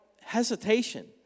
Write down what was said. hesitation